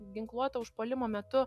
ginkluoto užpuolimo metu